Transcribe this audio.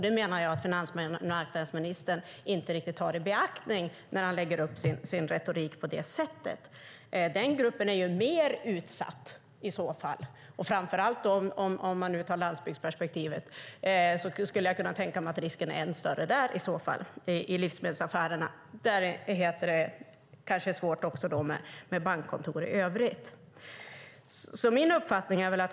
Det menar jag att finansmarknadsministern inte riktigt tar i beaktande när han lägger upp sin retorik. Den gruppen är i så fall mer utsatt. Om man tar landsbygdsperspektivet skulle jag vilja säga att jag tror att risken är än större i livsmedelsaffärerna där, där det kanske också är svårt med bankkontor i övrigt.